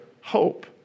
hope